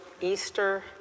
Easter